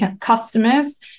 customers